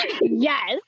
Yes